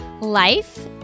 life